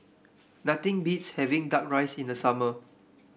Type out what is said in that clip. nothing beats having duck rice in the summer